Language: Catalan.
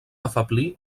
afeblir